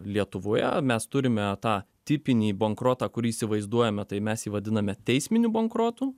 lietuvoje mes turime tą tipinį bankrotą kurį įsivaizduojame tai mes vadiname teisminiu bankrotu